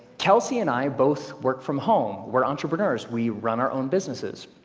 kelsey and i both work from home, we're entrepreneurs, we run our own businesses.